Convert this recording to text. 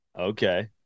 Okay